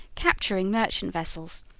capturing merchant vessels,